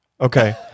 Okay